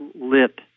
lit